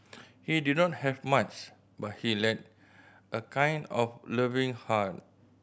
he did not have much but he like a kind of loving heart